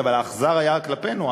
אבל האכזר היה כלפינו,